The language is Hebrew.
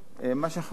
מה שהחברים.